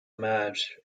match